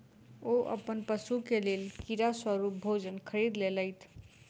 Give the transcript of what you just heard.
ओ अपन पशु के लेल कीड़ा स्वरूप भोजन खरीद लेलैत